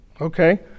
Okay